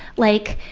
like,